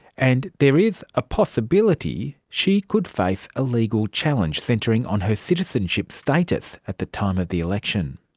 and there is a possibility she could face a legal challenge centring on her citizenship status at the time of the election.